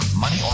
money